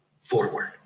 forward